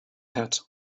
hat